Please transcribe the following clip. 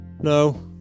No